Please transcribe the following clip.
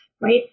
right